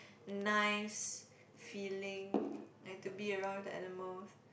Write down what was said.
nice feeling like to be around the animals